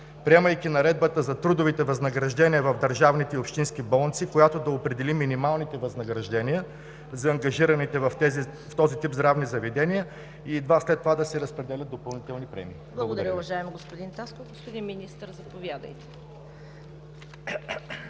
приемайки наредбата за трудовите възнаграждения в държавните и общински болници, която да определи минималните възнаграждения за ангажираните в този тип здравни заведения и едва след това да се разпределят допълнителни премии? Благодаря.